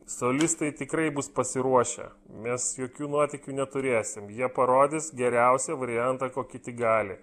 solistai tikrai bus pasiruošę mes jokių nuotykių neturėsim jie parodys geriausią variantą kokį tik gali